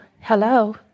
Hello